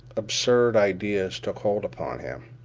absurd ideas took hold upon him.